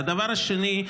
והדבר השני,